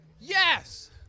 Yes